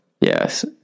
Yes